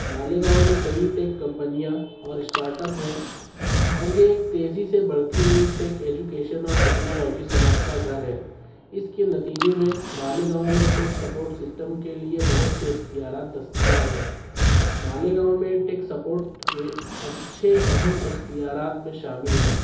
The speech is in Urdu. ماليگاؤں ميں كئى ٹيک کمپنياں اور اسٹارٹ اپ ہیں اور یہ ایک تیزی سے بڑھتی ہوئی ٹیک ایجوکیشن اور ٹیکنالوجی صنعت کا گھر ہے اس كے نتيجے ميں ماليگاؤں ميں ٹيک سپورٹ سسٹم كے لیے بہت سے اختنيارات دستياب ہيں ماليگاؤں ميں ٹيک سپورٹ كے اچھے اہم اختیارات میں شامل ہیں